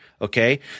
Okay